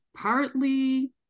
partly